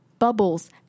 bubbles